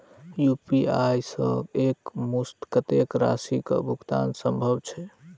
UPI सऽ एक मुस्त कत्तेक राशि कऽ भुगतान सम्भव छई?